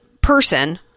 person